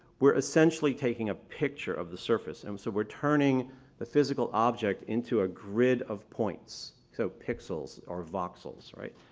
we're essentially taking a picture of the surface. and so we're turning the physical object into a grid of points, so pixels or voxels, right.